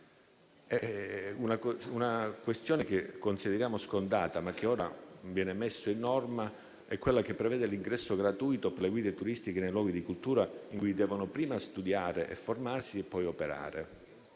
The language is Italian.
Una questione che consideriamo scontata, ma che ora viene messa in norma, è quella che prevede l'ingresso gratuito per le guide turistiche nei luoghi di cultura, in cui devono prima studiare e formarsi e poi operare.